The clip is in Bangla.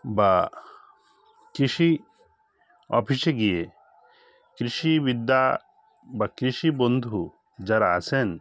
বা কৃষি অফিসে গিয়ে কৃষিবিদ্যা বা কৃষিবন্ধু যারা আছেন